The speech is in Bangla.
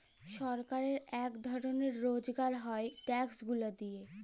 ছরকারের ইক রকমের রজগার হ্যয় ই ট্যাক্স গুলা দিঁয়ে